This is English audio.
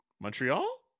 Montreal